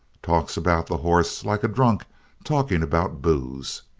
talks about the horse like a drunk talking about booze.